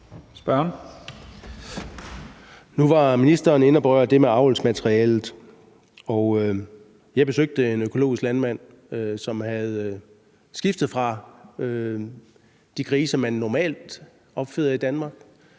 (EL): Nu var ministeren inde på det med avlsmaterialet. Jeg besøgte en økologisk landmand, som havde skiftet fra de grise, som man normalt opfeder i Danmark,